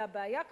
והבעיה כמובן,